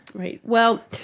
right. well,